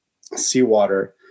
seawater